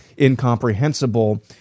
incomprehensible